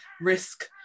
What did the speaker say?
risk